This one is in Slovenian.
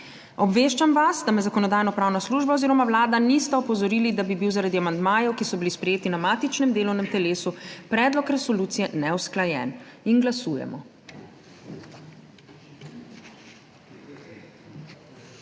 Obveščam vas, da me Zakonodajno-pravna služba oziroma Vlada nista opozorili, da bi bil zaradi amandmajev, ki so bili sprejeti na matičnem delovnem telesu, predlog resolucije neusklajen. Glasujemo.